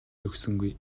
өгсөнгүй